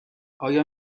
آیا